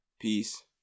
peace